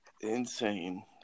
Insane